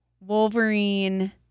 Wolverine